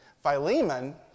Philemon